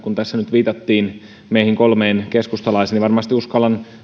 kun tässä nyt viitattiin meihin kolmeen keskustalaiseen niin varmasti uskallan